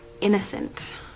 Innocent